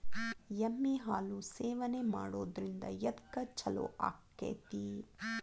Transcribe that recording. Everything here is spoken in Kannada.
ಎಮ್ಮಿ ಹಾಲು ಸೇವನೆ ಮಾಡೋದ್ರಿಂದ ಎದ್ಕ ಛಲೋ ಆಕ್ಕೆತಿ?